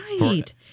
Right